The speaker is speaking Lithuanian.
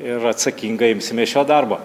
ir atsakingai imsimės šio darbo